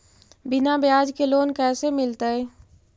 बिना ब्याज के लोन कैसे मिलतै?